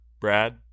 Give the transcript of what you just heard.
Brad